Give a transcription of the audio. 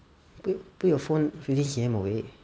put put your phone fifteen C_M away